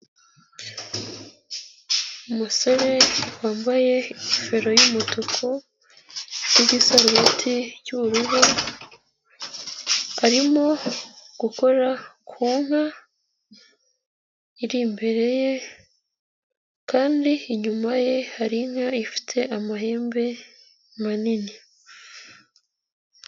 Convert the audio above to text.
Umusore wambaye ingofero y'umutuku n'igisaruti cy'ubururu, arimo gukora ku nka iri imbere ye kandi inyuma ye hari inka ifite amahembe manini.